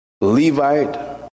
Levite